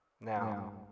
Now